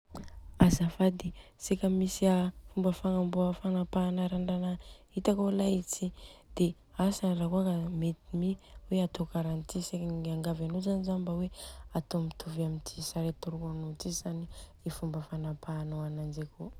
Azafady, seka misy a fomba fanapahana raandrana itako alay ty. De asa rakôa ka mety mi hoe atô karanty. De mba miangavy anô zany zaho mba le atô karanty sary atoroko anô ty zany i fomba fanapahana ananjy akô.